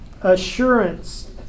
assurance